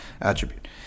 Attribute